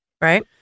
Right